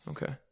Okay